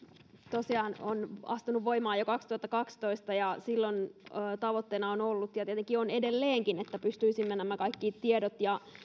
tosiaan on astunut voimaan jo kaksituhattakaksitoista ja silloin tavoitteena on on ollut ja ja tietenkin on edelleenkin että pystyisimme kaikki nämä tiedot ja